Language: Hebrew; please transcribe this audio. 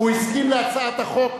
הוא הסכים לחלוטין עם,